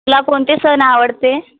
तुला कोणते सण आवडते